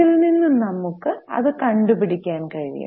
ഇതിൽ നിന്ന് നമുക്ക് അത് കണ്ടു പിടിക്കാൻ കഴിയും